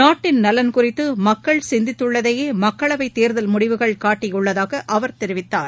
நாட்டின் நலன் குறித்து மக்கள் சிந்தித்துள்ளதையே மக்களவை தேர்தல் முடிவுகள் காட்டியுள்ளதாக அவர் தெரிவித்தார்